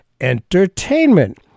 entertainment